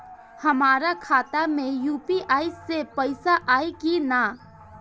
हमारा खाता मे यू.पी.आई से पईसा आई कि ना?